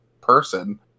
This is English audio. person